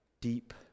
Deep